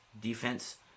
defense